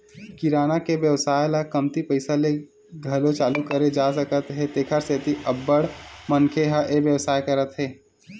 किराना के बेवसाय ल कमती पइसा ले घलो चालू करे जा सकत हे तेखर सेती अब्बड़ मनखे ह ए बेवसाय करत हे